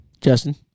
Justin